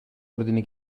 ordini